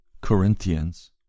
Corinthians